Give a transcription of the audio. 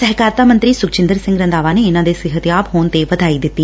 ਸਹਿਕਾਰਤਾ ਮੰਤਰੀਂ ਸੁਖਜੰਦਰ ਸਿੰਘ ਰੰਧਾਵਾ ਨੇ ਇਨ੍ਹਾਂ ਦੇ ਸਿੱਹਤਯਾਬ ਹੋਣ ਤੇ ਵਧਾਈ ਦਿੱਡੀ